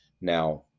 Now